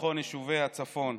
לביטחון יישובי הצפון,